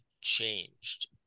changed